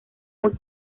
muy